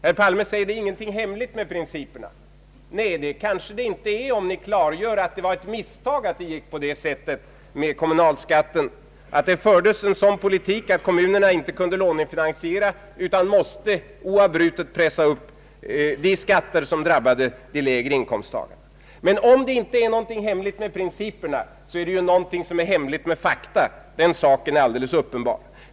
Herr Palme säger att det inte är något hemligt med principerna. Nej, det kanske det inte är, om ni klargör att det var ett misstag att det gick på detta sätt med kommunalskatten och att det fördes en sådan politik att kommunerna inte kunde lånefinansiera utan oavbrutet måste pressa upp de skatter som drabbade de lägre inkomsttagarna. Men om det inte är något hemligt med principerna, är det någonting som är hemligt med fakta — den saken är alldeles uppenbar.